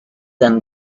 and